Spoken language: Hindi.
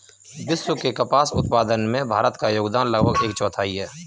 विश्व के कपास उत्पादन में भारत का योगदान लगभग एक चौथाई है